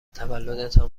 تولدتان